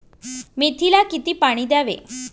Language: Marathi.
मेथीला किती पाणी द्यावे?